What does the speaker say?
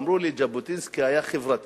אמרו לי: ז'בוטינסקי היה חברתי.